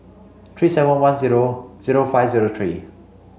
three seven one zero zero five zero three